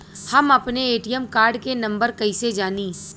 हम अपने ATM card के नंबर कइसे जानी?